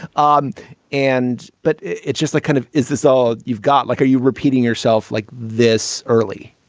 um and but it's just a kind of. is this all you've got? like, are you repeating yourself like this early?